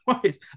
twice